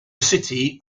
city